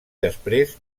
després